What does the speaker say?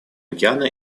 океана